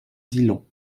dillon